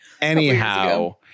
anyhow